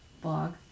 blog